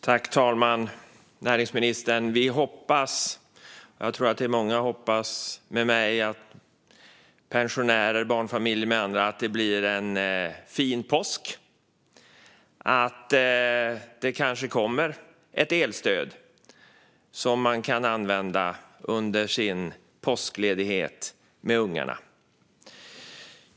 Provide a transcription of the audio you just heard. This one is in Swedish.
Herr talman och näringsministern! Jag hoppas och jag tror att många med mig - pensionärer, barnfamiljer och andra - hoppas att det blir en fin påsk. Vi hoppas att det kanske kommer ett elstöd som man kan använda under sin påskledighet med ungarna.